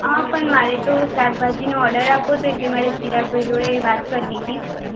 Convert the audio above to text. આ પણ મારે તો શાકભાજીનો ઓડર આપવો તો એટલે મારે તો ચિરાગ ભાઈ જોડે વાત કરવી હતી